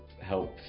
help